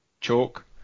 Chalk